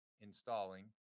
installing